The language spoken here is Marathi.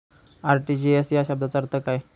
आर.टी.जी.एस या शब्दाचा अर्थ काय?